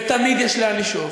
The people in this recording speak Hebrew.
ותמיד יש לאן לשאוף.